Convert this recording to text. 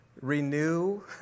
renew